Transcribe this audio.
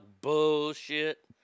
bullshit